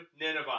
Nineveh